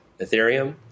Ethereum